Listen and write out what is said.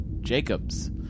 Jacobs